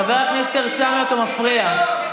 חבר הכנסת הרצנו, אתה מפריע.